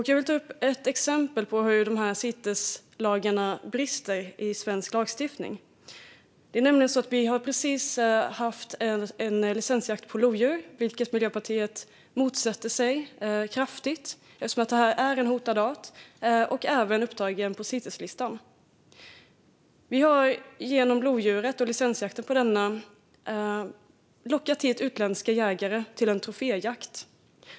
Jag vill ta upp ett exempel på hur det brister i svensk lagstiftning när det gäller Citesreglerna. Vi har precis haft en licensjakt på lodjur i Sverige, som Miljöpartiet motsätter sig kraftigt eftersom det är en hotad art som även är upptagen på Citeslistan. Vi har genom licensjakten på lodjur lockat hit utländska jägare till en troféjakt.